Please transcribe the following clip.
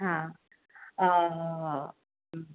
હા